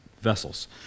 vessels